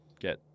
get